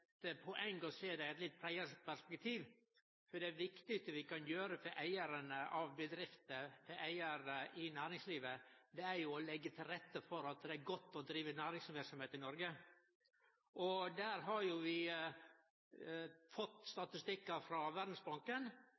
eit litt breiare perspektiv. Det viktigaste vi kan gjere for eigarane av bedrifter, for eigarane i næringslivet, er å legge til rette for at det skal vere godt å drive næringsverksemd i Noreg. Vi har fått statistikkar frå Verdsbanken,